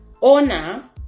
owner